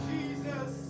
Jesus